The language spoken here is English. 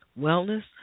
Wellness